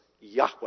Yahweh